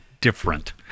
different